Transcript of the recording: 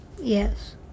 yes